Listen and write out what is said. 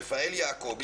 רפאל יעקובי,